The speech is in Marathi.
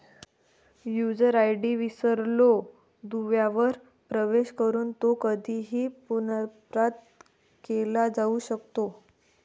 यूजर आय.डी विसरलो दुव्यावर प्रवेश करून तो कधीही पुनर्प्राप्त केला जाऊ शकतो